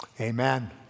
Amen